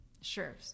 Sure